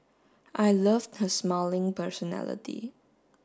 I loved her smiling personality